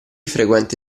frequenta